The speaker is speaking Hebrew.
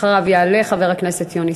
אחריו יעלה חבר הכנסת יוני